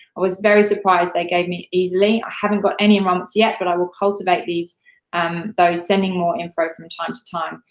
i was very surprised they gave me easily. i haven't got any enrollments yet, but i will cultivate um those, sending more info from time to time.